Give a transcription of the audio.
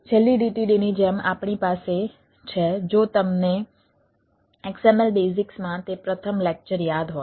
છેલ્લી DTD ની જેમ આપણી પાસે છે જો તમને XML બેઝિક્સમાં તે પ્રથમ લેક્ચર યાદ હોય